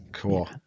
Cool